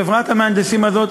חברת המהנדסים הזאת,